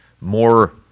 more